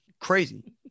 crazy